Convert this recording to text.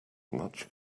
much